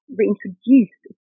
reintroduced